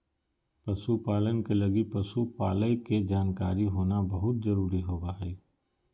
पशु पालन के लगी पशु पालय के जानकारी होना बहुत जरूरी होबा हइ